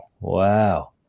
wow